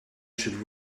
should